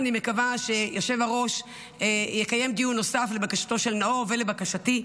אני מקווה שהיושב-ראש יקיים דיון נוסף לבקשתו של נאור ולבקשתי.